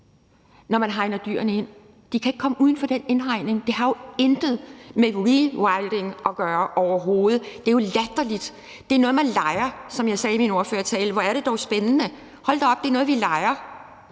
når man hegner dyrene ind. De kan ikke komme uden for den indhegning, og det har jo overhovedet intet med rewilding at gøre. Det er jo latterligt. Det er noget, man leger, som jeg sagde i min ordførertale. Hvor er det dog spændende, hold da op, det er noget, vi leger,